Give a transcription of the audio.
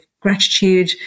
gratitude